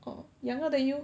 oh younger than you